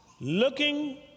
Looking